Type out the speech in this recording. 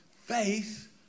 faith